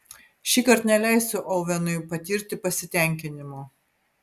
šįkart neleisiu ovenui patirti pasitenkinimo